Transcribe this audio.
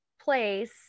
place